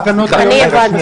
אני הבנתי.